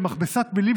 במכבסת מילים,